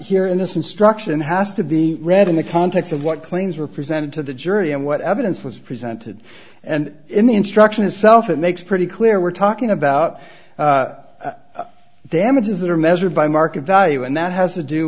here in this instruction has to be read in the context of what claims were presented to the jury and what evidence was presented and in the instruction itself it makes pretty clear we're talking about them which is that are measured by market value and that has to do